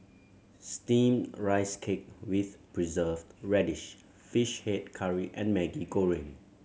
Steamed Rice Cake with Preserved Radish Fish Head Curry and Maggi Goreng